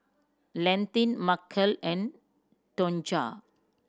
Landin Markell and Tonja